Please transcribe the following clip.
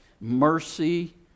mercy